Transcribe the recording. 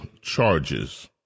charges